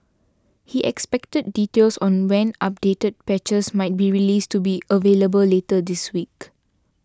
he expected details on when updated patches might be released to be available later this week